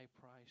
price